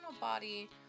body